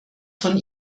von